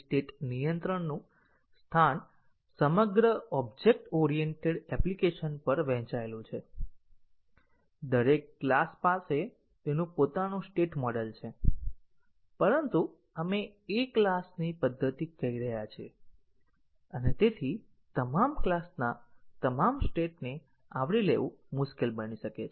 state નિયંત્રણનું સ્થાન સમગ્ર ઓબ્જેક્ટ ઓરિએન્ટેડ એપ્લિકેશન પર વહેંચાયેલું છે દરેક ક્લાસ પાસે તેનું પોતાનું સ્ટેટ મોડેલ છે પરંતુ આપણે એક ક્લાસની પદ્ધતિ કહી રહ્યા છીએ અને તમામ ક્લાસના તમામ સ્ટેટને આવરી લેવું મુશ્કેલ બની શકે છે